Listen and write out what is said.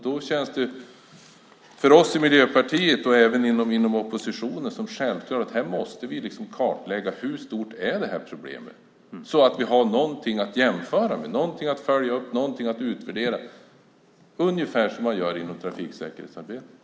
Då känns det för oss i Miljöpartiet och även inom oppositionen självklart att vi måste kartlägga hur stort det här problemet är, så att vi har någonting att följa upp och någonting att utvärdera, ungefär som man gör inom trafiksäkerhetsarbetet.